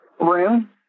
room